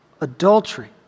adultery